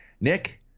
Nick